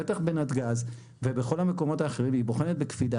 בטח בנתג"ז ובכל המקומות האחרים היא בוחנת בקפידה.